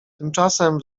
tymczasem